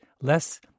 less